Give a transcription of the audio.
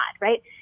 right